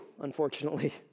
unfortunately